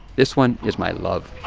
this one is my love.